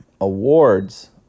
awards